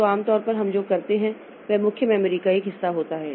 तो आम तौर पर हम जो करते हैं वह मुख्य मेमोरी का एक हिस्सा होता है